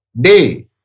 Day